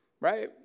right